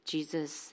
Jesus